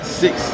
six